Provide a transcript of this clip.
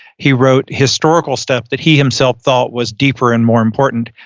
he wrote historical stuff that he himself thought was deeper and more important.